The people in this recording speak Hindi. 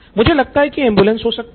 मुझे लगता है कि एम्बुलेंस हो सकती है